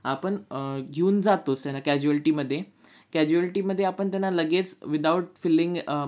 आपण घेऊन जातोच त्यांना कॅज्युअल्टीमध्ये कॅज्युअलिटीमध्ये आपण त्यांना लगेच विदाउट फिल्लिंग